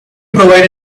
provide